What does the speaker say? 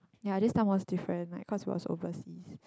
ya this time was different like because like it was overseas